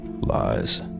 Lies